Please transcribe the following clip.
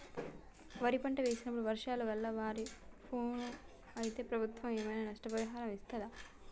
వరి పంట వేసినప్పుడు వర్షాల వల్ల వారిని ఫాలో అయితే ప్రభుత్వం ఏమైనా నష్టపరిహారం ఇస్తదా?